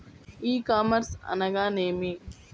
ఈ కామర్స్ అనగా నేమి?